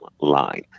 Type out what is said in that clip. line